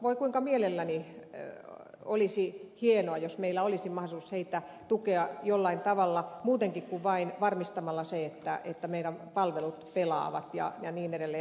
voi kuinka hienoa olisi jos meillä olisi mahdollisuus heitä tukea jollain tavalla muutenkin kuin vain varmistamalla se että meidän palvelumme pelaavat ja niin edelleen